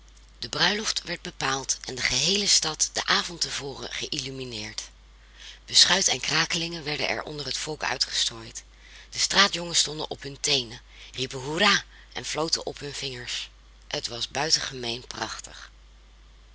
de bruiloft werd bepaald en de geheele stad den avond te voren geïllumineerd beschuit en krakelingen werden er onder het volk uitgestrooid de straatjongens stonden op hun teenen riepen hoera en floten op hun vingers het was buitengemeen prachtig